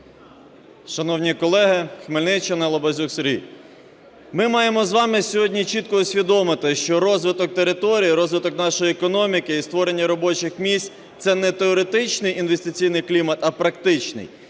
Шановні колеги, Хмельниччина, Лабазюк Сергій. Ми маємо з вами сьогодні чітко усвідомити, що розвиток територій, розвиток нашої економіки і створення робочих місць – це не теоретичний інвестиційний клімат, а практичний.